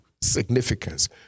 significance